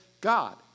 God